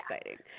exciting